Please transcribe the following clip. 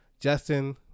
Justin